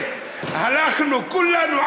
שהלכנו כולנו,